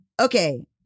Okay